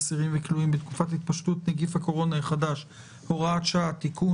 אסירים וכלואים בתקופת התפשטות נגיף הקורונה החדש (הוראת שעה) (תיקון),